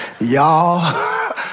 Y'all